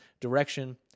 direction